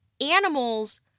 animals